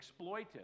exploitive